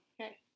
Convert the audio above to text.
Okay